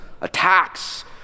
Attacks